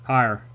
Higher